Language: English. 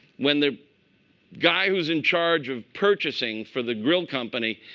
when the guy who's in charge of purchasing for the grill company,